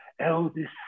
eldest